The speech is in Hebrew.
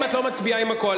אם את לא מצביעה עם הקואליציה,